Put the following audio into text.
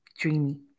Dreamy